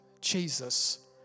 Jesus